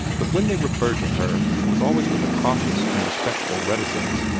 but when they referred to her, it was always with a cautious and respectful reticence.